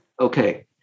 Okay